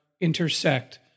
intersect